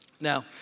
Now